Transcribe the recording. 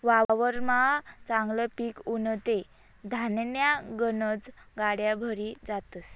वावरमा चांगलं पिक उनं ते धान्यन्या गनज गाड्या भरी जातस